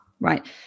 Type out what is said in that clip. right